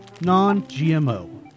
non-GMO